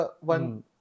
one